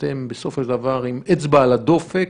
בסופו של דבר, אתם עם אצבע על הדופק,